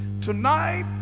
Tonight